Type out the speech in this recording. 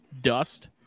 dust